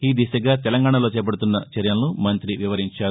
ఈదిశగా తెలంగాణలో చేపడుతున్న చర్యలను మంత్రి వివరించారు